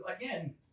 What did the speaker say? again